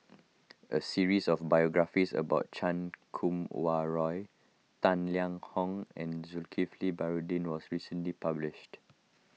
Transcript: a series of biographies about Chan Kum Wah Roy Tang Liang Hong and Zulkifli Baharudin was recently published